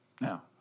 Now